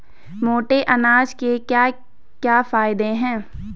मोटे अनाज के क्या क्या फायदे हैं?